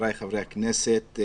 חברי הכנסת.